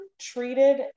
treated